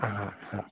હા હા